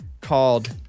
called